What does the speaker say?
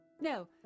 No